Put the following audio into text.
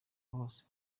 bose